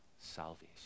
salvation